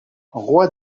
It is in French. roi